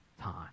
time